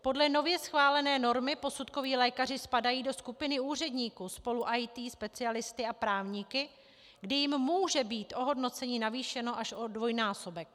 Podle nově schválené normy posudkoví lékaři spadají do skupiny úředníků spolu s IT specialisty a právníky, kdy jim může být ohodnocení navýšeno až o dvojnásobek.